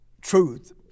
truth